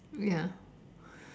ya